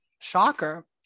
shocker